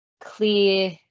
clear